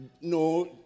No